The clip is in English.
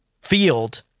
field